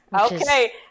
Okay